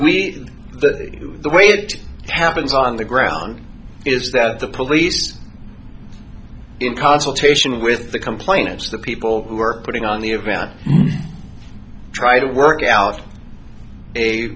me the way to happens on the ground is that the police in consultation with the complainants the people who are putting on the event try to work out a